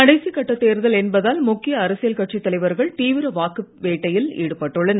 கடைசி கட்டத் தேர்தல் என்பதால் முக்கிய அரசியல் கட்சித் தலைவர்கள் தீவிர வாக்குவேட்டையில் ஈடுபட்டுள்ளனர்